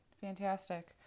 Fantastic